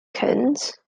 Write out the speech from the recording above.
curtains